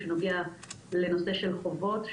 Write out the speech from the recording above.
שנוגעי לנושא של חובות,